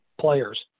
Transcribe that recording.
players